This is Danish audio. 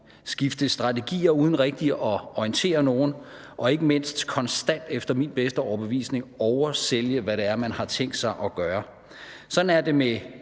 skifte strategi uden rigtig at orientere nogen og ikke mindst konstant at – efter min bedste overbevisning – oversælge, hvad det er, man har tænkt sig at gøre. Sådan er det